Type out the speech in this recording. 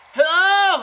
Hello